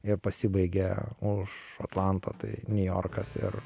ir pasibaigia už atlanto tai niujorkas ir